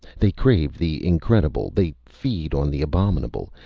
they crave the incredible. they feed on the abominable.